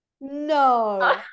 No